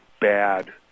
bad